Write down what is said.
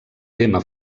tema